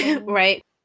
right